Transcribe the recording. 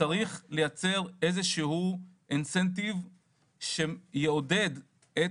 צריך לייצר איזה שהוא incentive שיעודד את